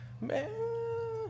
Man